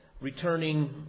returning